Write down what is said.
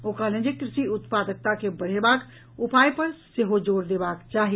ओ कहलनि जे कृषि उत्पादकता के बढ़ेबाक उपाय पर सेहो जोर देबाक चाही